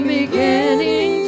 beginning